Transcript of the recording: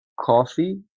coffee